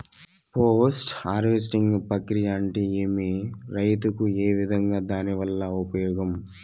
Post harvesting ప్రక్రియ అంటే ఏమి? రైతుకు ఏ విధంగా దాని వల్ల ఉపయోగం?